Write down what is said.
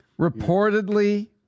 Reportedly